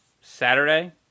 Saturday